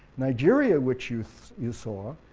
nigeria, which you you saw,